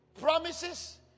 Promises